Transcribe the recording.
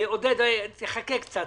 עודד פורר, תחכה קצת,